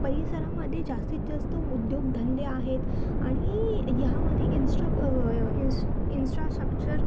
परिसरामध्ये जास्तीत जास्त उद्योगधंदे आहेत आणि ह्यामधे इन्स्ट्रा इन्स्ट्रा स्ट्रक्चर